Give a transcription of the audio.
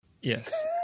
Yes